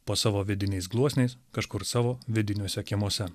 po savo vidiniais gluosniais kažkur savo vidiniuose kiemuose